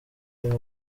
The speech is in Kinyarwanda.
hamwe